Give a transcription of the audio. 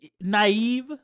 naive